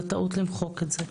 זה טעות למחוק את זה.